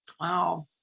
wow